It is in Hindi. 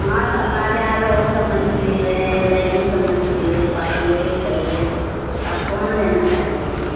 हाँ तो हमारे यहाँ रोहू का मछली है दैनी का मछली है पापलेट है आप कौन लेना चाहते हैं